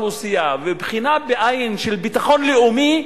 בחינה בעין של ביטחון לאומי,